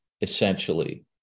essentially